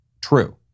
true